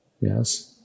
yes